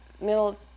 middle